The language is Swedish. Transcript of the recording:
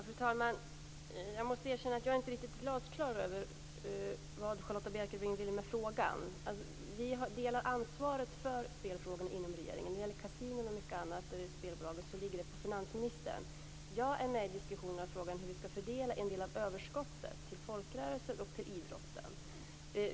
Fru talman! Jag måste erkänna att jag inte riktigt är glasklar över vad Charlotta Bjälkebring vill med frågan. Vi delar ansvaret för spelfrågorna inom regeringen. Kasinon, spelbolag m.m. ligger på finansministern. Jag är med i diskussionen om hur vi skall fördela en del av överskottet till folkrörelser och till idrotten.